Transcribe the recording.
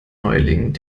neuling